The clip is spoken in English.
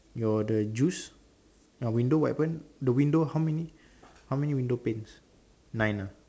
your the juice ah window what happened the window how many how many window panes nine ah